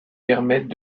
permettent